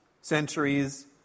centuries